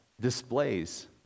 displays